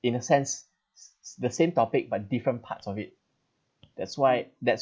in a sense the same topic but different parts of it that's why that's